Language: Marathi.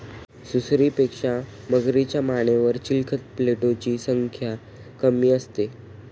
सुसरीपेक्षा मगरीच्या मानेवर चिलखत प्लेटोची संख्या कमी असते